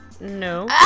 No